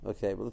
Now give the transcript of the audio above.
Okay